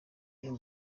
uyu